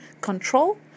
control